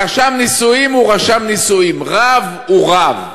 רשם נישואים הוא רשם נישואים, רב הוא רב.